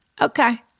okay